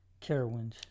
Carowinds